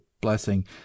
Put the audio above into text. blessing